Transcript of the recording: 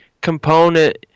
component